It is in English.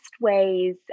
ways